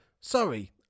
sorry